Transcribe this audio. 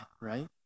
right